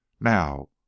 Now